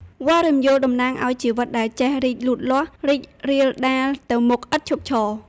វល្លិ៍រំយោលតំណាងឱ្យជីវិតដែលចេះរីកលូតលាស់ រីករាលដាលទៅមុខឥតឈប់ឈរ។